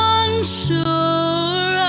unsure